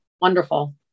wonderful